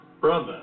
brother